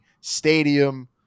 stadium